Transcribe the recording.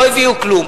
לא הביאו כלום.